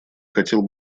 хотел